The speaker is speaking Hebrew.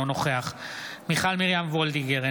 אינו נוכח מיכל מרים וולדיגר,